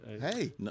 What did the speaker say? Hey